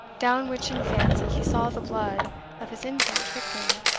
down which in fancy he saw the blood of his infant trickling.